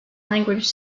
language